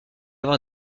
avoir